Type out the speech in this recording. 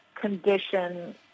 condition